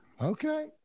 Okay